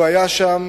הוא היה שם,